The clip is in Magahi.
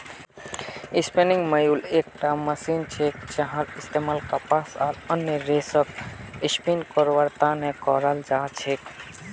स्पिनिंग म्यूल एकटा मशीन छिके जहार इस्तमाल कपास आर अन्य रेशक स्पिन करवार त न कराल जा छेक